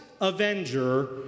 Avenger